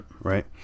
Right